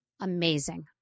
amazing